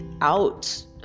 out